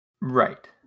Right